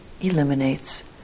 eliminates